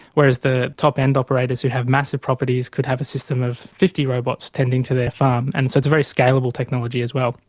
whereas the top end operators who have massive properties could have a system of fifty robots tending to their farm. and so it's a very scalable technology as well.